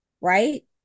right